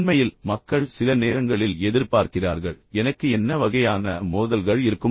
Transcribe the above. உண்மையில் மக்கள் சில நேரங்களில் எதிர்பார்க்கிறார்கள் எனக்கு என்ன வகையான மோதல்கள் இருக்கும்